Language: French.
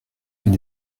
fait